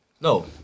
no